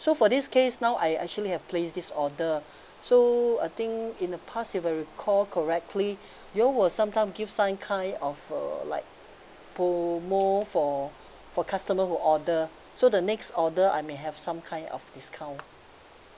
so for this case now I actually have placed this order so I think in a past if I recall correctly you all were sometime give some kind of uh like promo for for customer who order so the next order I may have some kind of discount